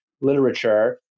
literature